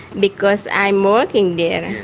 because i'm working there,